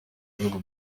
bihugu